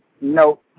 No